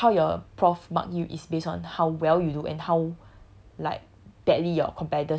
the group how your prof mark you is based on how well you do and how like